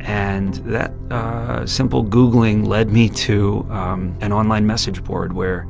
and that simple googling led me to an online message board where